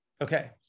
okay